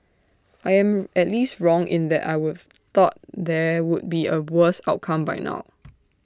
I am at least wrong in that I would've thought there would be A worse outcome by now